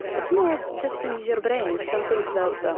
it's not just in your brain, it's something that so